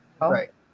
right